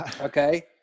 Okay